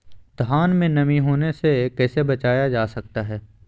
धान में नमी होने से कैसे बचाया जा सकता है?